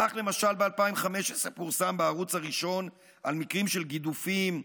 כך למשל ב-2015 פורסם בערוץ הראשון על מקרים של גידופים,